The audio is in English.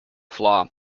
flaw